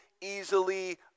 easily